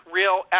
real